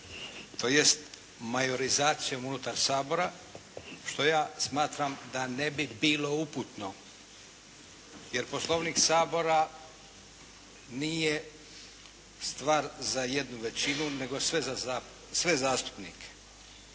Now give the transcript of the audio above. tj. majorizacijom unutar Sabora što ja smatram da ne bi bilo uputno jer Poslovnik Sabora nije stvar za jednu većinu, nego za sve zastupnike.